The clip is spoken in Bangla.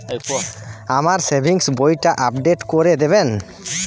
আমার সেভিংস বইটা আপডেট করে দেবেন?